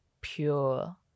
pure